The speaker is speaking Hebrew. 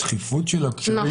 התכיפות של הקשרים,